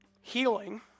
Healing